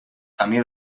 camí